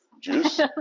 Juice